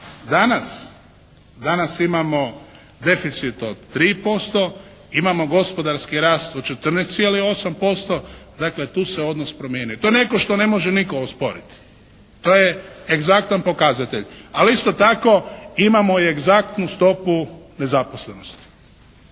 Danas imamo deficit od 3%, imamo gospodarski rast od 14,8%. Dakle, tu se odnos promijenio. To je netko što ne može nitko osporiti. To je egzaktan pokazatelj, ali isto tako imamo i egzaktnu stopu nezaposlenosti,